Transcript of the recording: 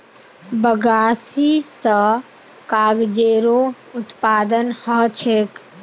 बगासी स कागजेरो उत्पादन ह छेक